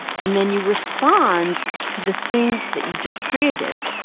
and then you respond to the thing that you just created.